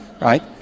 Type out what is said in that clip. Right